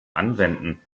anwenden